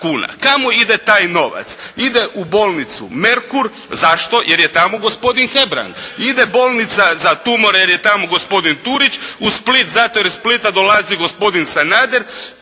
Kamo ide taj novac? Ide u bolnicu Merkur. Zašto? Jer je tamo gospodin Hebrang. Ide bolnica za tumore, jer je tamo gospodin Turić. U Split zato jer iz Splita dolazi gospodin Sanader.